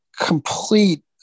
complete